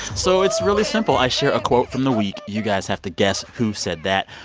so it's really simple. i share a quote from the week. you guys have to guess who said that.